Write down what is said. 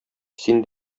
син